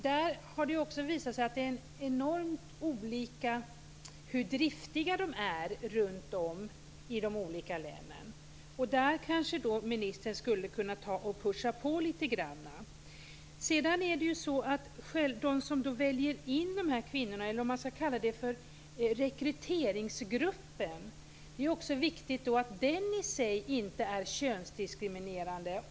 Det har också visat sig vara enormt olika när det gäller hur driftiga de är i de olika länen. Där kanske ministern skulle kunna pusha på litet grand. Sedan är det ju också viktigt att själva rekryteringsgruppen, de som väljer in de här kvinnorna, i sig inte är könsdiskriminerande.